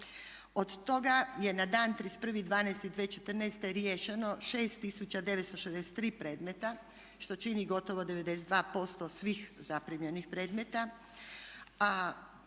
Od toga je na dan 31.12.2014. riješeno 6963 predmeta što čini gotovo 92% svih zaprimljenih predmeta,